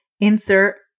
insert